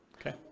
Okay